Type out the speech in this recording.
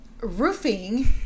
roofing